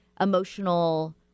emotional